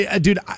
dude